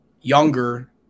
younger